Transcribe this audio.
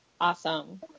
Awesome